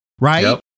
right